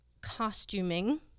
costuming